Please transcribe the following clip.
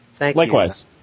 Likewise